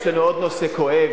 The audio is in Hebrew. יש לנו עוד נושא כואב,